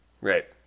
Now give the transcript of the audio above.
right